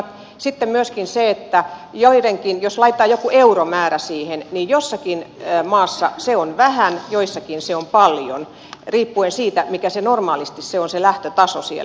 sitten on myöskin se että jos laitetaan jokin euromäärä siihen niin jossakin maassa se on vähän joissakin se on paljon riippuen siitä mikä normaalisti on se lähtötaso siellä